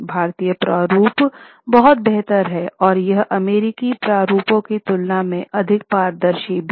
भारतीय प्रारूप बहुत बेहतर हैं और यह अमेरिकी प्रारूपों की तुलना में अधिक पारदर्शी भी है